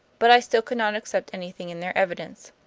but i still could not accept anything in their evidence.